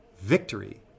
victory